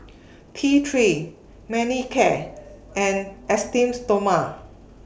T three Manicare and Esteem Stoma